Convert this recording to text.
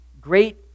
great